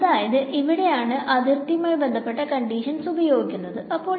അതായത് ഇവിടെ ആണ് അതിർതിയുമായി ബന്ധപ്പെട്ട കണ്ടിഷൻസ് ഉപയോഗിക്കുന്നത് അപ്പോൾ